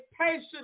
patiently